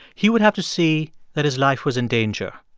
he would have to see that his life was in danger,